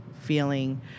feeling